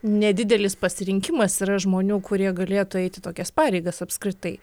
nedidelis pasirinkimas yra žmonių kurie galėtų eiti tokias pareigas apskritai